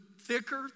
thicker